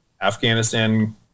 Afghanistan